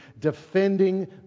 defending